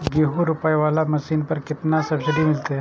गेहूं रोपाई वाला मशीन पर केतना सब्सिडी मिलते?